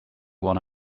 one